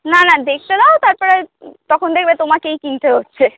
না না দেখতে দাও তারপরে তখন দেখবে তোমাকেই কিনতে হচ্ছে